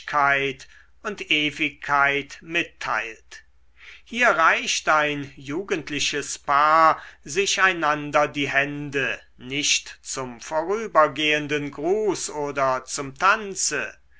und ewigkeit mitteilt hier reicht ein jugendliches paar sich einander die hände nicht zum vorübergehenden gruß oder zum tanze